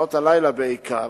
בשעות הלילה בעיקר,